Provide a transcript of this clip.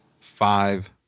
Five